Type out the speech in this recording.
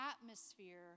atmosphere